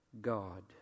God